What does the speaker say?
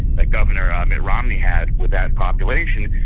that governor ah mitt romney had with that population,